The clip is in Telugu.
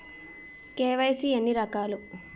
కే.వై.సీ ఎన్ని రకాలు?